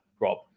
Rob